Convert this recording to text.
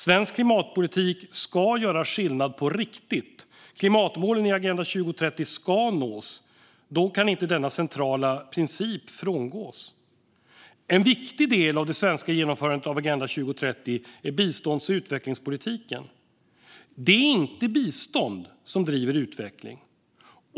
Svensk klimatpolitik ska göra skillnad på riktigt, och klimatmålen i Agenda 2030 ska nås. Då kan inte denna centrala princip frångås. En viktig del av det svenska genomförandet av Agenda 2030 är bistånds och utvecklingspolitiken. Det är inte bistånd som driver utveckling.